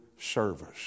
service